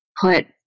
put